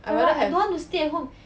I rather have